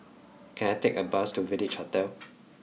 can I take a bus to Village Hotel